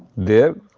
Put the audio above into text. their